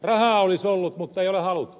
rahaa olisi ollut mutta ei ole haluttu